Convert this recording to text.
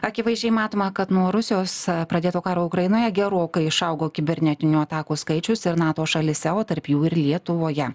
akivaizdžiai matoma kad nuo rusijos pradėto karo ukrainoje gerokai išaugo kibernetinių atakų skaičius ir nato šalyse o tarp jų ir lietuvoje